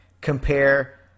compare